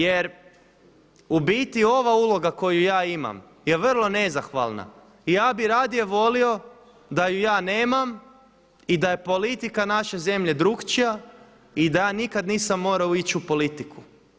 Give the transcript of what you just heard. Jer u biti ova uloga koju ja imam je vrlo nezahvalna i ja bih radije volio da ju ja nemam i da je politika naše zemlje drukčija i da ja nikad nisam morao ići u politiku.